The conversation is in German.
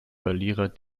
verlierer